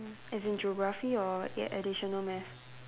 as in geography or ya additional math